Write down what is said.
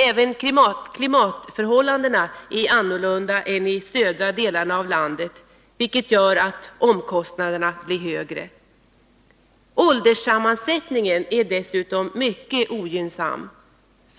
Även klimatförhållandena är annorlunda än i de södra delarna av landet, vilket gör att omkostnaderna blir högre. Ålderssammansättningen är dessutom mycket ogynnsam